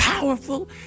Powerful